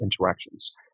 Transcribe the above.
interactions